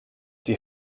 die